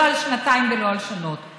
לא על שנתיים ולא על שלוש.